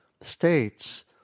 states